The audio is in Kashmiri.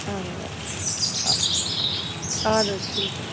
اَدٕ حظ اَ اَدٕ حظ ٹھیٖک چھُ